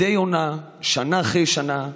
מדי עונה, שנה אחרי שנה,